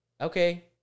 okay